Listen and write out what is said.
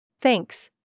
Thanks